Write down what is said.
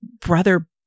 brother